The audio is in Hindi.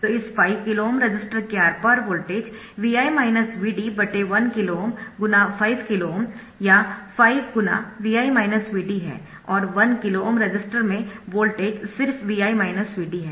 तो इस 5KΩ रेसिस्टर के आर पार voltage Vi Vd 1KΩ× 5 KΩ या 5 × है और 1KΩ रेसिस्टर में वोल्टेज सिर्फ Vi Vd है